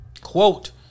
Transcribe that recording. Quote